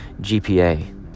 GPA